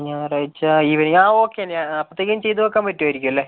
ഞായറാഴ്ച്ച evening okay അപ്പഴത്തേക്കും ചെയ്തു വെയ്ക്കാൻ പറ്റുമായിരിക്കും അല്ലേ